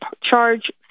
charge